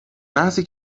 محضی